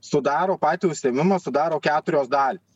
sudaro patį užsiėmimą sudaro keturios dalys